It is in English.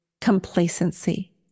complacency